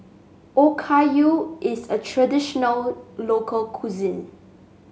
okayu is a traditional local cuisine